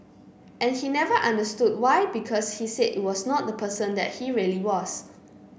and he never understood why because he said it was not the person that he really was